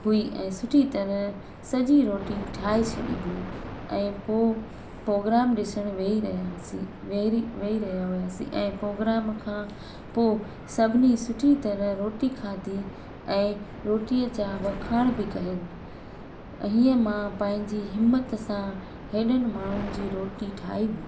हुई ऐं सुठी तरह सॼी रोटी ठाहे छॾी हुई ऐं पोइ पोग्राम ॾिसण वेई रहियासीं वे वेई रहिया हुआसीं ऐं पोग्राम खां पोइ सभिनी सुठी तरह रोटी खाधी ऐं रोटीअ जा वखाण बि कयनि हीअं मां पंहिंजी हिमत सां हेॾनि माण्हुनि जी रोटी ठाही हुई